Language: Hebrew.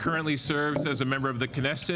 אני מארק הטפילד, אני הנשיא ומנכ"ל של HIAS,